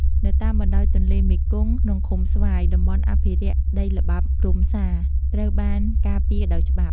នៅតាមបណ្តោយទន្លេមេគង្គ ក្នុងឃុំស្វាយ តំបន់អភិរក្សដីល្បាប់រុំសា ត្រូវបានការពារដោយច្បាប់។